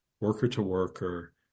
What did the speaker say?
worker-to-worker